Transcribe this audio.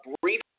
brief